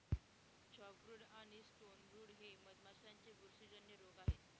chalkbrood आणि stonebrood हे मधमाशांचे बुरशीजन्य रोग आहेत